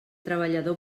treballador